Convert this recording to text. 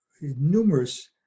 numerous